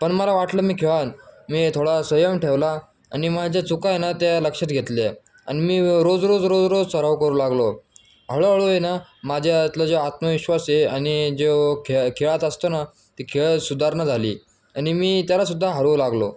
पण मला वाटलं मी खेळेन मी थोडा संयम ठेवला आणि माझ्या ज्या चूका आहे ना त्या लक्षात घेतल्या आणि मी रोज रोज रोज रोज सराव करू लागलो हळूहळू ना माझ्यातलं जो आत्मविश्वास आहे आणि जो खे खेळत असतो ना ती खेळ सुधारणा झाली आणि मी त्यालासुद्धा हरवू लागलो